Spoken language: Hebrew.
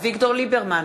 אביגדור ליברמן,